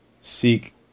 seek